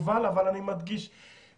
החינוך ונציגת פיקוד העורף ואחר כך נמשיך ברשימה,